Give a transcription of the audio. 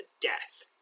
death